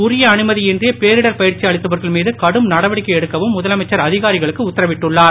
உரிய அனுமதியின்றி பேரிடர் பயிற்சி அளித்தவர்கள் மீது கடும் நடவடிக்கை எடுக்கவும் முதலமைச்சர் அதிகாரிகளுக்கு உத்தரவிட்டுள்ளார்